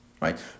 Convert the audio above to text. right